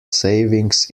savings